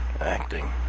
Acting